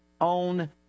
own